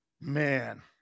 Man